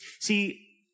See